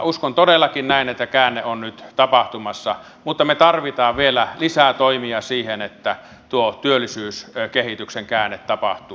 uskon todellakin näin että käänne on nyt tapahtumassa mutta me tarvitsemme vielä lisää toimia siihen että tuo työllisyyskehityksen käänne tapahtuu